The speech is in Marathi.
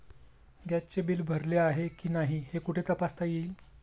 गॅसचे बिल भरले आहे की नाही हे कुठे तपासता येईल?